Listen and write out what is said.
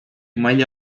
maila